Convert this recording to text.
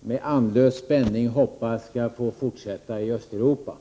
med andlös spänning skall få fortsätta i Östeuropa.